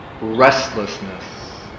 restlessness